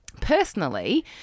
personally